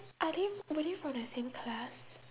are they f~ really from the same class